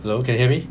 hello can hear me